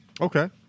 Okay